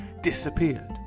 disappeared